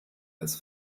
als